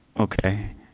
Okay